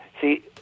see